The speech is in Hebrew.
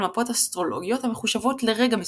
מפות אסטרולוגיות המחושבות לרגע מסוים,